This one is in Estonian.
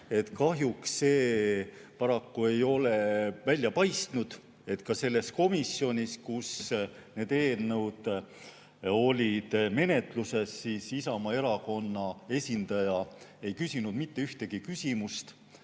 Kahjuks see paraku ei ole välja paistnud. Ka selles komisjonis, kus need eelnõud olid menetluses, Isamaa Erakonna esindaja ei küsinud mitte ühtegi küsimust,